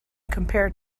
compare